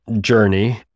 journey